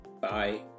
Bye